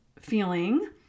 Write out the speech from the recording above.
feeling